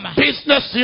business